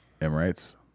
Emirates